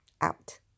Out